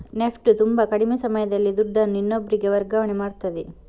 NEFT ತುಂಬಾ ಕಡಿಮೆ ಸಮಯದಲ್ಲಿ ದುಡ್ಡನ್ನು ಇನ್ನೊಬ್ರಿಗೆ ವರ್ಗಾವಣೆ ಮಾಡ್ತದೆ